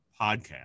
podcast